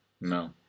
No